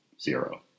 zero